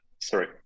sorry